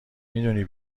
میدونی